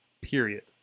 Period